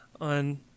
on